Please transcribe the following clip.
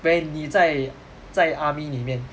when 你在在 army 里面